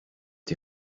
die